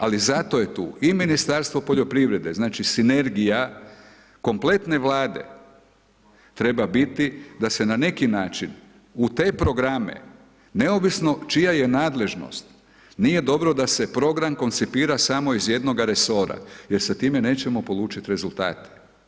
Ali, zato je tu i Ministarstvo poljoprivrede, znači sinergija kompletne Vlade treba biti da se na neki način u te programe neovisno čija je nadležnost, nije dobro da se program koncipira samo iz jednoga resora jer se time neće polučiti rezultati.